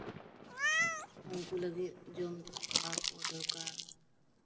ᱩᱱᱠᱩ ᱞᱟᱹᱜᱤᱫ ᱡᱚᱢ ᱠᱚ ᱠᱷᱟᱣᱟᱣ ᱠᱚ ᱫᱚᱨᱠᱟᱨ